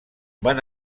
van